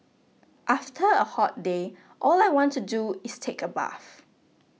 after a hot day all I want to do is take a bath